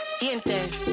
dientes